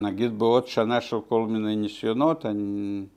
‫נגיד בעוד שנה ‫של כל מיני נסיונות אני..